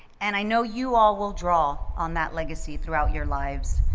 and i know you all will draw on that legacy throughout your lives.